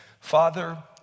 Father